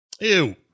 Ew